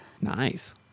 Nice